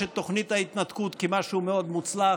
את תוכנית ההתנתקות כמשהו מאוד מוצלח,